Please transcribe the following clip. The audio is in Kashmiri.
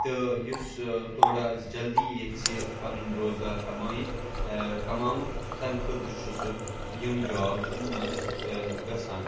تہٕ یُس تھوڑا جَلدٕے ییٚژھِ پَنُن روزگار کمٲوِتھ کَماوُن تَمہِ خٲطرٕ چھُ سُہ یِم جاب منٛز گژھان